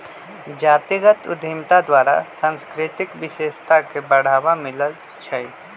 जातीगत उद्यमिता द्वारा सांस्कृतिक विशेषता के बढ़ाबा मिलइ छइ